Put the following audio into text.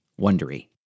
Wondery